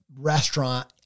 restaurant